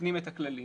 מתקנים את הכללים